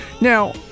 Now